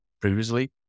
previously